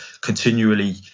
continually